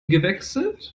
gewechselt